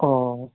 अँ